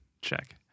check